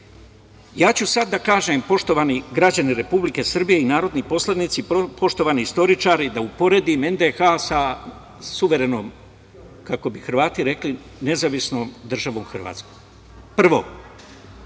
Ja ću sada da kažem, poštovani građani Republike Srbije i narodni poslanici, poštovani istoričari, da uporedim NDH sa suverenom, kako bi Hrvati rekli, Nezavisnom Državom Hrvatskom. Prvo,